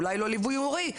אולי לא ליווי הורי,